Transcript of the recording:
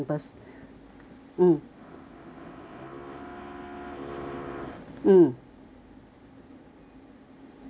mm mm